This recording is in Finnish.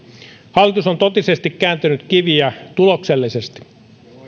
hallitus on totisesti kääntänyt kiviä tuloksellisesti